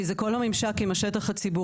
כי זה כל הממשק עם השטח הציבורי,